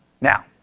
Now